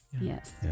Yes